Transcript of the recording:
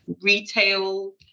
retail